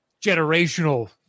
generational